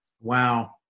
Wow